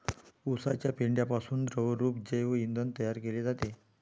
उसाच्या पेंढ्यापासून द्रवरूप जैव इंधन तयार केले जाते